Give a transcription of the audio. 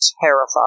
terrified